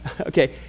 Okay